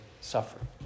suffering